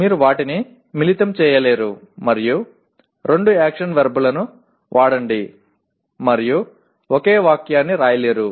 మీరు వాటిని మిళితం చేయలేరు మరియు రెండు యాక్షన్ వర్బ్ లను వాడండి మరియు ఒకే వాక్యాన్ని వ్రాయలేరు